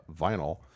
vinyl